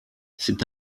c’est